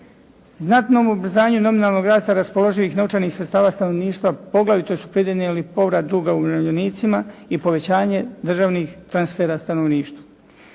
Znatnom ubrzanju nominalnog rasta raspoloživih novčanih sredstava stanovništva poglavito su pridonijeli povrat duga umirovljenicima i povećanje državnih transfera stanovništva.